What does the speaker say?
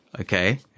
Okay